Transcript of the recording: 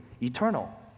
eternal